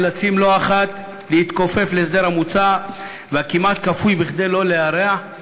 נאלצים לא אחת להתכופף מול ההסדר המוצע והכמעט-כפוי כדי לא להרע את